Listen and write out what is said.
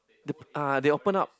the ah they open up